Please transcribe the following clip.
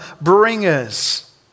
bringers